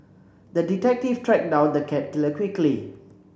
the detective tracked down the cat killer quickly